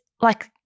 like-